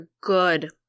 good